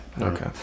okay